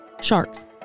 sharks